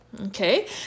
Okay